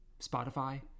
Spotify